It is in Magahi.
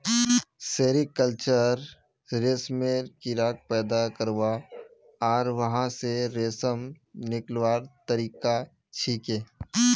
सेरीकल्चर रेशमेर कीड़ाक पैदा करवा आर वहा स रेशम निकलव्वार तरिका छिके